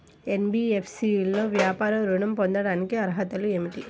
NBFC లో వ్యాపార ఋణం పొందటానికి అర్హతలు ఏమిటీ?